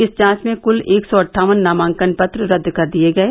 इस जांच में कुल एक सौ अट्ठावन नामांकन पत्र रद्द कर दिये गये